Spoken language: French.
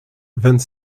vingt